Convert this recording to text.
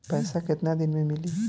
पैसा केतना दिन में मिली?